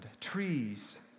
trees